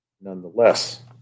nonetheless